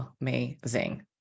Amazing